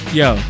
yo